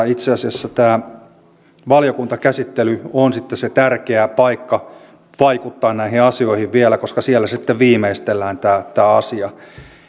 itse asiassa tämä valiokuntakäsittely on sitten se tärkeä paikka vaikuttaa näihin asioihin vielä koska siellä sitten viimeistellään tämä asia